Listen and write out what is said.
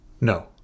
No